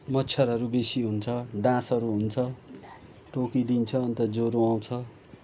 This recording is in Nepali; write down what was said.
मच्छरहरू बेसी हुन्छ डाँसहरू हुन्छ टोकिदिन्छ अन्त जरो आउँछ